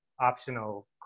optional